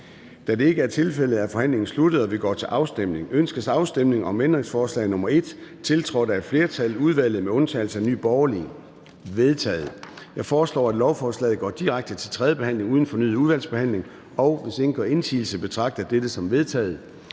Da det ikke er tilfældet, er forhandlingen sluttet, og vi går til afstemning. Kl. 14:29 Afstemning Formanden (Søren Gade): Ønskes afstemning om ændringsforslag nr. 1, tiltrådt af et flertal (udvalget med undtagelse af Nye Borgerlige)? Det er vedtaget. Jeg foreslår, at lovforslaget går direkte til tredje behandling uden fornyet udvalgsbehandling, og hvis ingen gør indsigelse, betragter jeg dette som vedtaget.